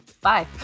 bye